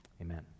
amen